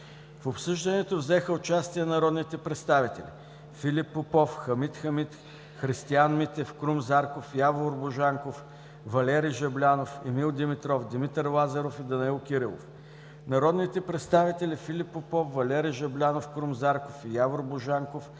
В обсъждането взеха участие народните представители: Филип Попов, Хамид Хамид, Христиан Митев, Крум Зарков, Явор Божанков, Валери Жаблянов, Емил Димитров, Димитър Лазаров и Данаил Кирилов. Народните представители Филип Попов, Валери Жаблянов, Крум Зарков и Явор Божанков